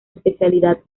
especialidad